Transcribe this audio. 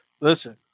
listen